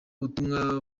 butumwa